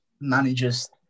managers